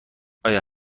آیا